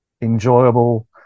enjoyable